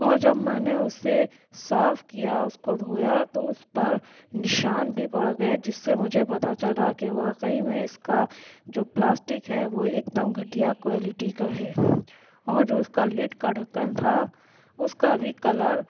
اور جب میں نے اسے صاف کیا اس کو دھویا تو اس پر نشان بھی پڑ گئے جس سے مجھے پتہ چلا کہ واقعی میں اس کا جو پلاسٹک ہے وہ ایک دم گھٹیا کوالٹی کا ہے اور جو اس کا لڈ کا ڈھکن تھا اس کا بھی کلر